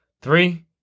Three